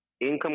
income